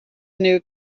new